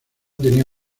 tenía